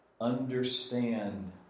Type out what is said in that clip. understand